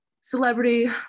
celebrity